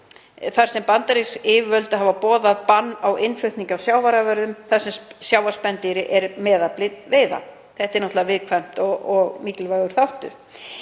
þar sem bandarísk yfirvöld hafa boðað bann á innflutningi á sjávarafurðum þar sem sjávarspendýr er meðafli veiða.“ — Þetta er náttúrlega viðkvæmur og mikilvægur þáttur.—